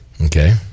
Okay